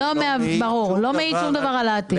לא מעיד שום דבר על העתיד.